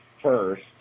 first